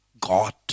God